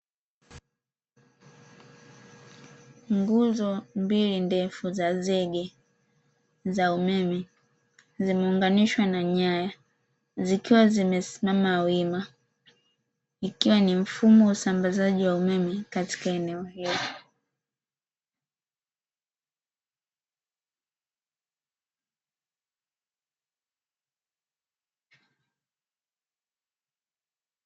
Nguzo mbili ndefu za zege za umeme zimeunganishwa na nyaya zikiwa zimesimama wima, ikiwa ni mfumo wa usambazaji wa umeme katika eneo hilo.